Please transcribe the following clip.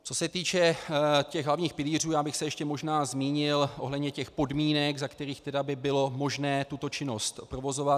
Co se týče hlavních pilířů, já bych se ještě možná zmínil ohledně těch podmínek, za kterých by bylo možné tuto činnost provozovat.